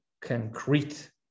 concrete